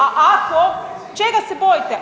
A ako, čega se bojite?